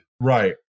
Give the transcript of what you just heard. Right